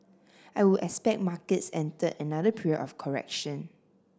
I would expect markets entered another period of correction